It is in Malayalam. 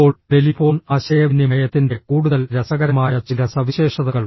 ഇപ്പോൾ ടെലിഫോൺ ആശയവിനിമയത്തിന്റെ കൂടുതൽ രസകരമായ ചില സവിശേഷതകൾ